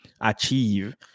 achieve